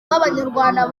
b’abanyarwanda